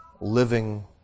living